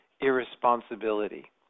irresponsibility